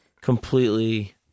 completely